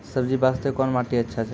सब्जी बास्ते कोन माटी अचछा छै?